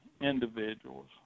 individuals